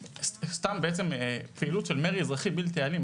סתם בעצם פעילות של מרי אזרחי בלתי אלים,